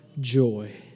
joy